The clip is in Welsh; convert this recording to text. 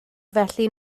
felly